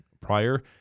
prior